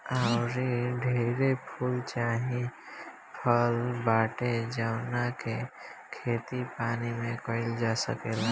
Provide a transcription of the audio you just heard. आऊरी ढेरे फूल चाहे फल बाटे जावना के खेती पानी में काईल जा सकेला